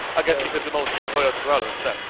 i guess you could demolish his toyota corolla instead.